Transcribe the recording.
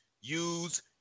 use